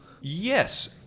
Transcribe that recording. Yes